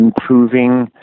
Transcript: improving